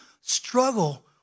struggle